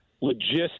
logistics